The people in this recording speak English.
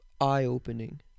eye-opening